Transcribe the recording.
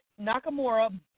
Nakamura